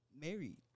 married